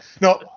no